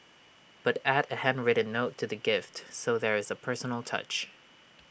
but add A handwritten note to the gift so there is A personal touch